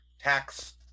tax